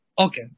Okay